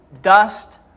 dust